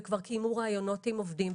וכבר קיימו ראיונות עם עובדים,